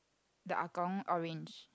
the ah gong orange